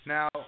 Now